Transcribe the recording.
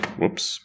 Whoops